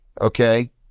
okay